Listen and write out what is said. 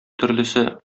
төрлесе